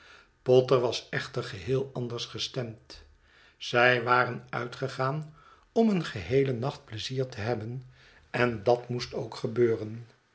potter was echter geheel anders gestemd zij waren uitgegaan om een geheelen nacht pleizier te hebben endatmoest ook gebeuren